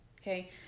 Okay